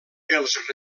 els